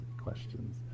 questions